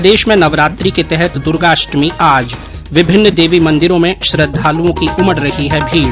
प्रदेश में नवरात्रि के तहत दूर्गाष्टमी आज विभिन्न देवी मंदिरों में की श्रद्धालुओं की उमड रही है भीड़